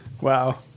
Wow